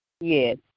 Yes